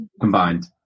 Combined